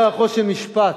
אומר על ה"חושן משפט"